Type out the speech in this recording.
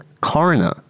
coroner